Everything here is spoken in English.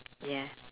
ya